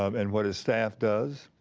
um and what his staff does,